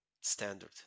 standard